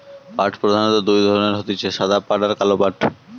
পাট প্রধানত দুই ধরণের হতিছে সাদা পাট আর কালো পাট